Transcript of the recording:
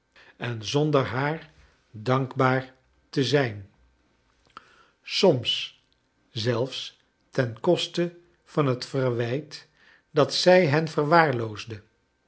en zonder haar dankbaar te zijn soms zelfs ten koste van het verwijt dat zij hen verwaarloosde